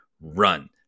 run